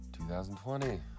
2020